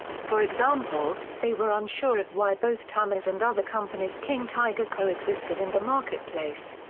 for example, they were unsure of why both tamiya's and other companies' king tiger coexisted in the marketplace.